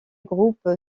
groupe